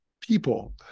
people